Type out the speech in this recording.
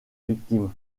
victime